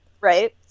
right